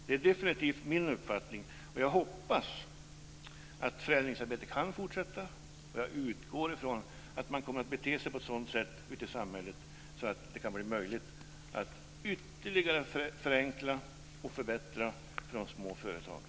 Det är definitivt min uppfattning, och jag hoppas att förändringsarbetet kan fortsätta. Jag utgår ifrån att man kommer att bete sig på ett sådant sätt ute i samhället att det kan bli möjligt att ytterligare förenkla och förbättra för de små företagen.